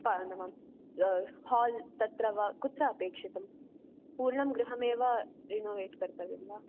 hall तत्र वा कुत्र अपेक्षितं पूर्णं गृहमेव इनोवेट् कर्तव्यं वा